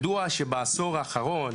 ידוע שבעשור האחרון